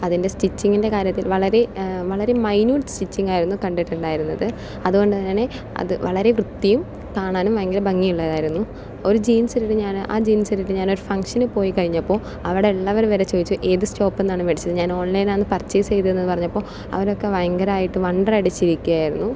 അതിൻ്റെ സ്റ്റിച്ചിങ്ങിൻ്റെ കാര്യത്തിൽ വളരെ വളരെ മൈന്യൂട്ട് സ്റ്റിച്ചിംഗ് ആയിരുന്നു കണ്ടിട്ടുണ്ടായിരുന്നത് അതുകൊണ്ട് ആണ് അത് വളരെ വൃത്തിയും കാണാനും ഭയങ്കര ഭംഗിയും ഉള്ളതായിരിന്നു ഒരു ജീൻസ് ഇട്ടിട്ട് ഞാൻ ആ ജീൻസ് ഇട്ടിട്ട് ഞാൻ ഒരു ഫംഗ്ഷന് പോയി കഴിഞ്ഞപ്പോൾ അവിടെ ഉള്ളവർ വരെ ചോദിച്ചു എത് ഷോപ്പിൽ നിന്നാണ് മേടിച്ചത് ഞാൻ ഓൺലൈനിൽ നിന്നാണ് പർച്ചേസ് ചെയ്തതെന്ന് പറഞ്ഞപ്പോൾ അവരൊക്കെ ഭയങ്കരായിട്ട് വണ്ടറടിച്ച് ഇരിക്കയായിരുന്നു